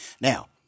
Now